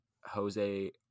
Jose